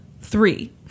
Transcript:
Three